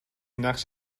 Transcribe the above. نقش